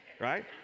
right